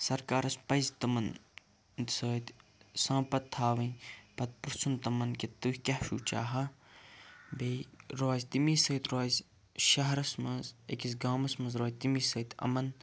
سرکارَس پَزِ تِمن سۭتۍ سانٛپت تھاوٕنۍ پتہٕ پِرٛیژھُن تِمن کہِ تُہُۍ کیاہ چھُ چاہان بیٚیہِ روزِ تَمی سۭتۍ روزِ شہرَس منٛز أکِس گامَس منٛز روزِ تَمی سۭتۍ اَمَن